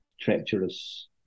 treacherous